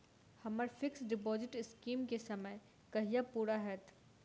हम्मर fix deposit scheme केँ समय कहिया पूरा हैत?